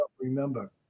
remember